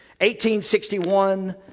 1861